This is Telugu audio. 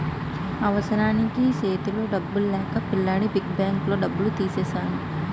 అవసరానికి సేతిలో డబ్బులు లేక పిల్లాడి పిగ్గీ బ్యాంకులోని డబ్బులు తీసెను